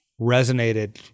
resonated